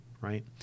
right